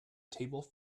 table